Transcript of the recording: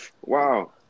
wow